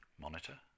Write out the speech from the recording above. monitor